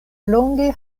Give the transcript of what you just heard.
longe